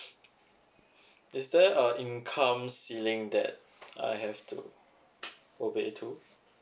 is there a income ceiling that I have to obey to